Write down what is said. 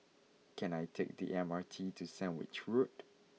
can I take the M R T to Sandwich Road